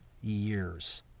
years